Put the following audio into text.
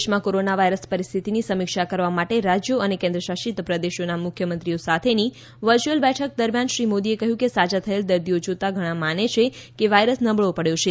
દેશમાં કોરોનાવાયરસ પરિસ્થિતિની સમીક્ષા કરવા માટે રાજ્યો અને કેન્દ્રશાસિત પ્રદેશોના મુખ્યમંત્રીઓ સાથેની વર્ચ્યુઅલ બેઠક દરમિયાન શ્રી મોદીએ કહ્યું કે સાજા થયેલ દર્દીઓ જોતા ઘણા માને છે કે વાયરસ નબળો પડ્યો છે